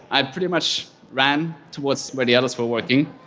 i pretty much ran towards where the others were working.